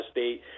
State